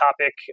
topic